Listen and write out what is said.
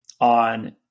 on